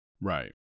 Right